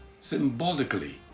symbolically